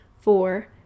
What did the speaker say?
four